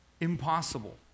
Impossible